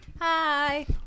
hi